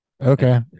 Okay